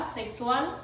sexual